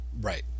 Right